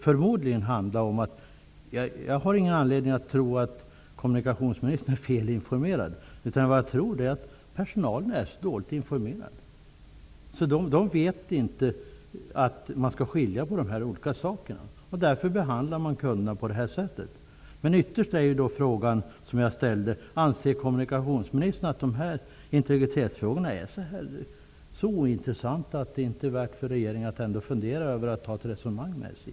Jag har ingen anledning att tro att kommunikationsministern är felinformerad. Jag tror att personalen är dåligt informerad. De vet inte att de skall skilja på de olika sakerna. Därför behandlar de kunderna på detta sätt. Men ytterst handlar det hela om den fråga jag ställde tidigare. Anser kommunikationsministern att dessa integritetsfrågor är så ointressanta att det inte är värt för regeringen att fundera över att ta ett resonemang med SJ?